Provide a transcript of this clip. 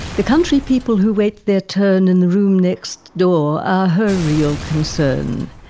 the country people who wait their turn in the room next door are her real concern.